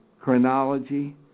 chronology